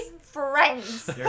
friends